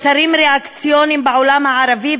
משטרים ריאקציוניים בעולם הערבי,